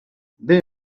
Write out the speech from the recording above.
din